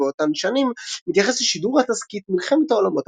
באותן שנים מתייחס לשידור התסכית "מלחמת העולמות",